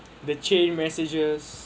the chain messages